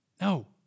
No